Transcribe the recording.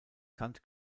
kant